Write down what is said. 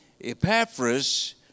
Epaphras